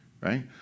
Right